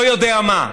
לא יודע מה.